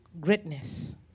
greatness